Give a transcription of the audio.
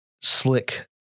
slick